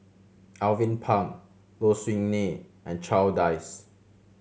Alvin Pang Low Siew Nghee and Charles Dyce